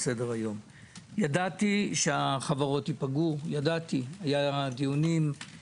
על דברים שחשובים להגנת הסביבה כדי שיסייעו למפעלים אלה ולא סייעו להם.